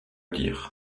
dire